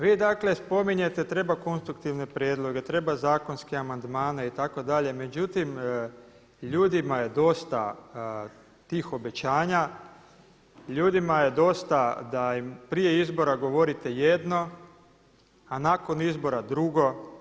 Vi spominjete treba konstruktivne prijedloge, treba zakonske amandmane itd. međutim ljudima je dosta tih obećanja, ljudima je dosta da im prije izbora govorite jedno, a nakon izbora drugo.